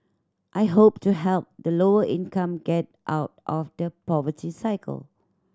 I hope to help the lower income get out of the poverty cycle